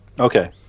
Okay